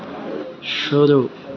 शुरू